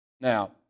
Now